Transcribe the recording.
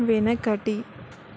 వెనకటి